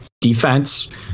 defense